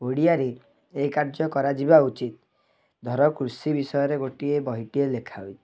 ଓଡ଼ିଆରେ ଏ କାର୍ଯ୍ୟ କରାଯିବା ଉଚିତ୍ ଧର କୃଷି ବିଷୟରେ ଗୋଟିଏ ବହିଟିଏ ଲେଖା ହୋଇଛି